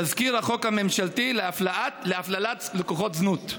תזכיר החוק הממשלתי להפללת לקוחות זנות.